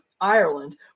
Ireland